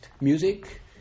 music